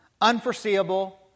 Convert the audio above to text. unforeseeable